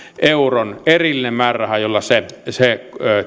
euron erillinen määräraha jolla se se